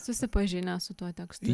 susipažinęs su tuo tekstu